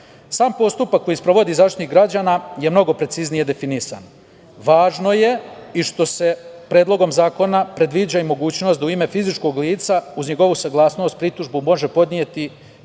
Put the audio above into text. Sam postupak koji sprovodi Zaštitnik građana je mnogo preciznije definisan. Važno je i što se Predlogom zakona predviđa i mogućnost da u ime fizičkog lica, uz njegovu saglasnost, pritužbu može podneti